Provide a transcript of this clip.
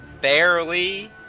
barely